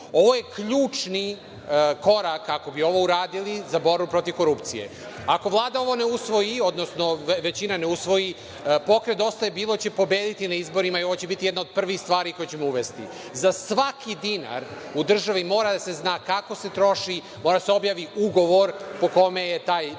je ključni korak kako bi uradili za Borbu protiv korupcije. Ako Vlada ovo ne usvoji, odnosno većina ne usvoji Pokret „Dosta je bilo“ će pobediti na izborima i ovo će biti jedna od prvih stvari koje ćemo uvesti. Za svaki dinar u državi mora da se zna kako se troši, mora da se objavi ugovor po kome je taj novac